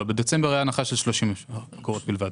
לא, בדצמבר הייתה הנחה של 30 אגורות בלבד.